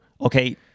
okay